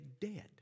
dead